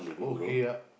okay ah